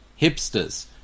hipsters